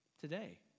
today